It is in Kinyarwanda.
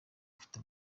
bafite